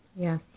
Yes